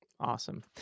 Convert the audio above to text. Awesome